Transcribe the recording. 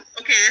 okay